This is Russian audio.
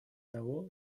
того